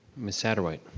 miss saderwhite.